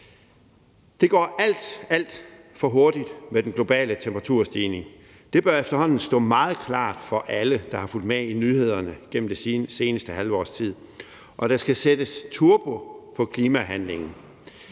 Det går alt, alt for hurtigt med den globale temperaturstigning. Det bør efterhånden stå meget klart for alle, der har fulgt med i nyhederne gennem det seneste halve års tid, og der skal sættes turbo på klimahandlingen.